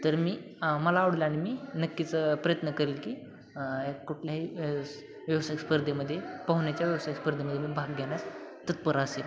तर मी मला आवडेल आणि मी नक्कीच प्रयत्न करेल की कुठल्याही स् व्यावसायिक स्पर्धेमध्ये पोहण्याच्या व्यावसायिक स्पर्धेमध्ये मी भाग घ्यायला तत्पर असेल